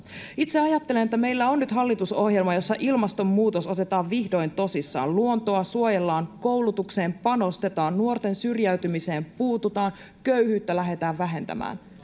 itse ajattelen että meillä on nyt hallitusohjelma jossa ilmastonmuutos otetaan vihdoin tosissaan luontoa suojellaan koulutukseen panostetaan nuorten syrjäytymiseen puututaan köyhyyttä lähdetään vähentämään